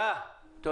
תודה.